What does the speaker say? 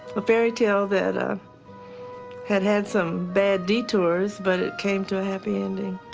a fairy tale that ah had had some bad detours, but it came to a happy ending.